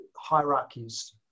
hierarchies